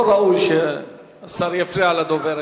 לא ראוי שהשר יפריע לגברת.